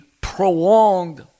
prolonged